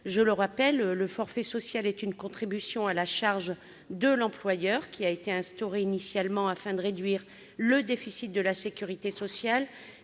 Je le rappelle, le forfait social est une contribution à la charge de l'employeur, qui a été instaurée initialement afin de réduire le déficit de la sécurité sociale,